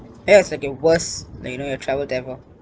that is like a worst like you know your travel ever